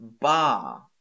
Bar